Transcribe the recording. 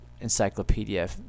encyclopedia